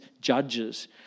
judges